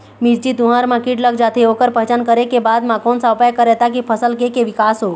मिर्ची, तुंहर मा कीट लग जाथे ओकर पहचान करें के बाद मा कोन सा उपाय करें ताकि फसल के के विकास हो?